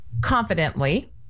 confidently